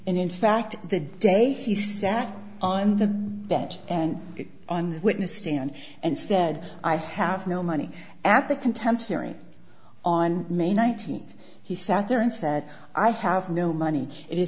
and in fact the day he sat on the bench and on the witness stand and said i have no money at the contempt hearing on may nineteenth he sat there and said i have no money it is